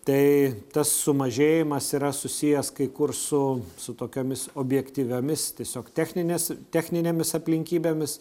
tai tas sumažėjimas yra susijęs kai kur su tokiomis objektyviomis tiesiog techninės techninėmis aplinkybėmis